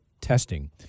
testing